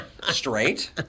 Straight